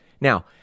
Now